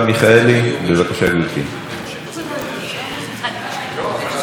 ואחריה, חברת הכנסת איילת נחמיאס ורבין.